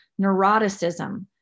neuroticism